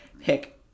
pick